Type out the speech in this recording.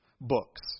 books